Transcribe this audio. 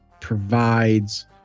provides